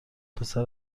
پسر